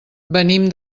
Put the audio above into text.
venim